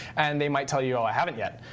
and they might tell you, oh, i haven't yet.